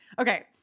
okay